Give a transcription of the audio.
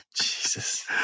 Jesus